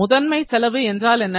முதன்மை செலவு என்றால் என்ன